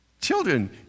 Children